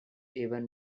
even